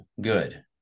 good